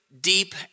deep